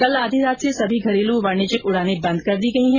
कल आधी रात से सभी घरेलू वाणिज्यिक उडाने बंद कर दी गई हैं